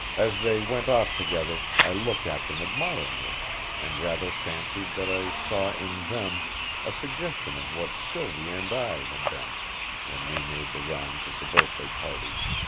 as they went off together i looked at them admiringly and rather fancied that i saw in them a suggestion of what sylvia and i had been when we made the rounds of the birthday parties.